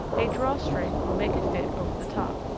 a draw-string will make it fit over the top.